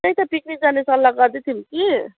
त्यही त पिकनिक जाने सल्लाह गर्दै थियौँ कि